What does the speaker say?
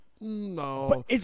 No